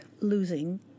losing